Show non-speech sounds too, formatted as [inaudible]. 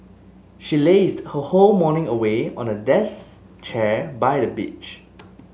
she lazed her whole morning away on a [unintelligible] chair by the beach